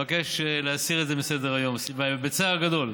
אני מבקש להסיר את זה מסדר-היום, בצער גדול.